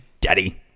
daddy